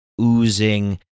oozing